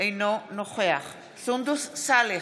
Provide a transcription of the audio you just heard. אינו נוכח סונדוס סאלח,